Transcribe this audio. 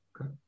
Okay